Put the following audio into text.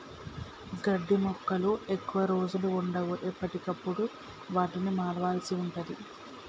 గడ్డి మొక్కలు ఎక్కువ రోజులు వుండవు, ఎప్పటికప్పుడు వాటిని మార్వాల్సి ఉంటది